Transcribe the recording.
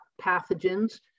pathogens